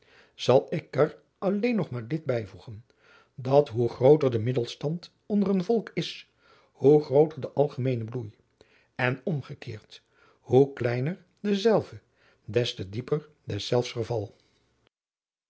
zal ik er alleen nog maar dit bijvoegen dat hoe grooter de middelstand onder een volk is hoe grooter de algemeene bloei en omgekeerd hoe kleiner dezelve des te dieper deszelfs verval